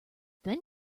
then